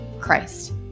Christ